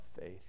faith